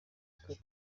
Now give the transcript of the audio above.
okapi